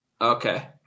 Okay